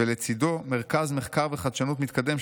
ולצידו מרכז מחקר וחדשנות מתקדם,